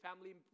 family